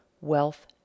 Wealth